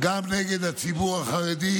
גם נגד הציבור החרדי,